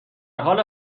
حال